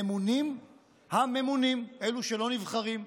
ממונים הממונים, אלה שלא נבחרים.